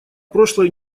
прошлой